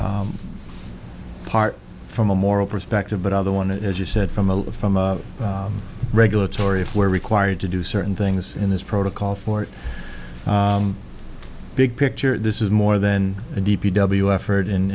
apart from a moral perspective but other one as you said from a from a regulatory if we're required to do certain things in this protocol for big picture this is more than a d p w effort in